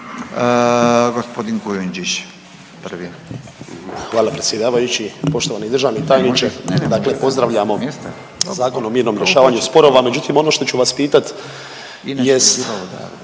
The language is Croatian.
Hvala predsjedavajući. Poštovani državni tajniče, dakle pozdravljamo Zakon o mirnom rješavanju sporova, međutim, ono što ću vas pitati jest